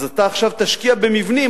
אז אתה עכשיו תשקיע במבנים,